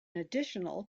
additional